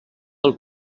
del